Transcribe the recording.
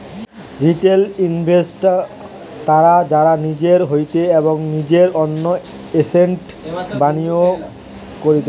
retail investors তারা যারা নিজের হইতে এবং নিজের জন্য এসেটস বিনিয়োগ করতিছে